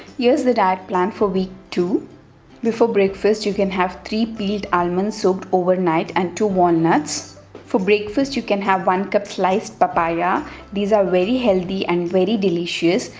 here's the diet plan for week two before breakfast you can have three peeled almonds soaked overnight and two walnuts for breakfast you can have one cup sliced papaya these are very healthy and very delicious.